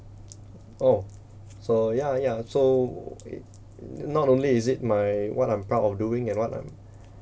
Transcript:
oh so yeah yeah so it not only is it my what I'm proud of doing and what I'm